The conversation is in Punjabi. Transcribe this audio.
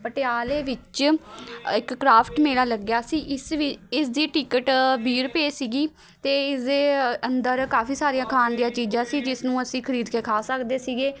ਪਟਿਆਲੇ ਵਿੱਚ ਇੱਕ ਕਰਾਫਟ ਮੇਲਾ ਲੱਗਿਆ ਸੀ ਇਸ ਵੀ ਇਸ ਦੀ ਟਿਕਟ ਵੀਹ ਰੁਪਏ ਸੀਗੀ ਅਤੇ ਇਸਦੇ ਅੰਦਰ ਕਾਫੀ ਸਾਰੀਆਂ ਖਾਣ ਦੀਆਂ ਚੀਜ਼ਾਂ ਸੀ ਜਿਸ ਨੂੰ ਅਸੀਂ ਖਰੀਦ ਕੇ ਖਾ ਸਕਦੇ ਸੀਗੇ